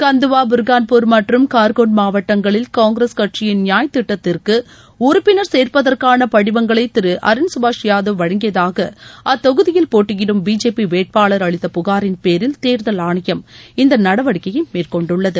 கந்துவா புர்கான்பூர் மற்றும் கார்கோன் மாவட்டங்களில் காங்கிரஸ் கட்சியின் நியாய் திட்டத்திற்கு உறுப்பினர் சேர்ப்பதற்கான படிவங்களை திரு அருண் சுபாஷ் யாதவ் வழங்கியதாக அத்தொகுதியில் போட்டியிடும் பிஜேபி வேட்பாளர் அளித்த புகாரின்பேரில் தேர்தல் ஆணையம் இந்த நடவடிக்கையை மேற்கொண்டுள்ளது